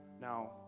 Now